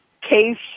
case